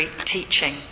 teaching